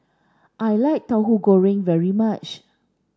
I like Tahu Goreng very much